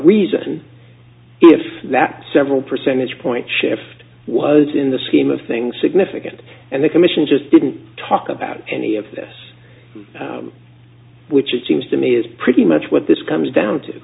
reason if that several percentage point shift was in the scheme of things significant and the commission just didn't talk about any of this which it seems to me is pretty much what this comes down to